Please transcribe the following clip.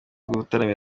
gutaramira